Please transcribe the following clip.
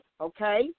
Okay